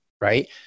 right